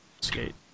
skate